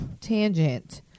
tangent